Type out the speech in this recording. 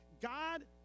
God